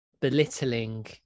belittling